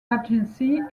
agency